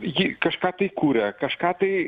ji kažką tai kuria kažką tai